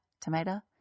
tomato